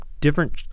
different